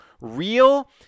real